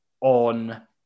on